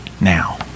now